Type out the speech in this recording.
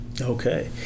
Okay